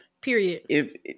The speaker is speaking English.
Period